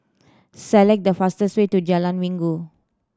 select the fastest way to Jalan Minggu